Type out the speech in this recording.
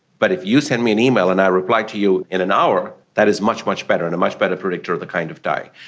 but if you send me an email and i reply to you in an hour, that is much, much better and a much better predictor of the kind of tie.